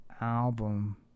album